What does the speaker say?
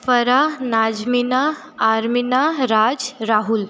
Farha Najmina Armina Raj Rahul